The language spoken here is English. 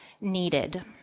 needed